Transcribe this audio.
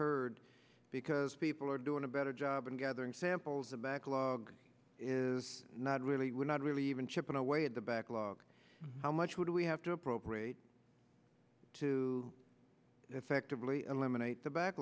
heard because people are doing a better job in gathering samples the backlog is not really we're not really been chipping away at the backlog how much would we have to appropriate to effectively eliminate the